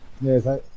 Yes